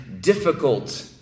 difficult